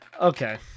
Okay